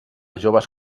joves